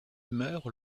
meurt